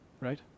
Right